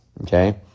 Okay